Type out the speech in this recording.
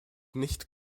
nicht